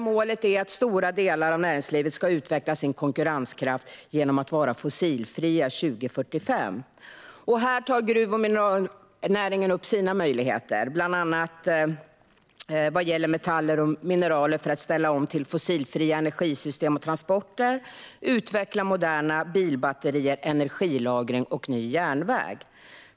Målet är att stora delar av näringslivet ska utveckla sin konkurrenskraft genom att vara fossilfria 2045. Gruv och mineralnäringen tar upp sina möjligheter vad gäller bland annat metaller och mineraler för att ställa om till fossilfria energisystem och transporter och för att utveckla moderna bilbatterier, energilagring och ny järnväg.